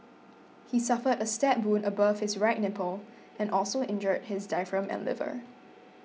he suffered a stab wound above his right nipple and also injured his diaphragm and liver